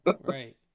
right